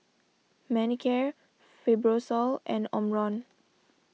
Manicare Fibrosol and Omron